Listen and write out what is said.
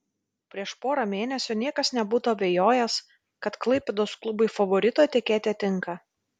prieš porą mėnesių niekas nebūtų abejojęs kad klaipėdos klubui favorito etiketė tinka